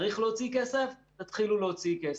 צריך להוציא כסף תתחילו להוציא כסף.